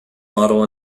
model